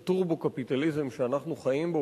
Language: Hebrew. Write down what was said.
את הטורבו-קפיטליזם שאנחנו חיים בו.